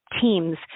teams